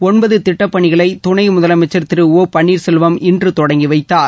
ஒன்பது திட்டப்பணிகளை துணை முதலமைச்சர் திரு ஒ பன்னீர்செல்வம் இன்று தொடங்கி வைத்தார்